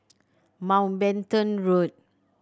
Mountbatten Road